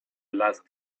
last